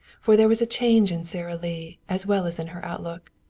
for there was a change in sara lee as well as in her outlook.